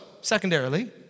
secondarily